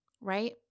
right